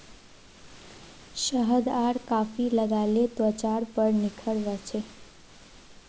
शहद आर कॉफी लगाले त्वचार पर निखार वस छे